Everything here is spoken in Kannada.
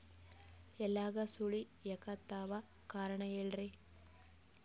ಎಲ್ಯಾಗ ಸುಳಿ ಯಾಕಾತ್ತಾವ ಕಾರಣ ಹೇಳ್ರಿ?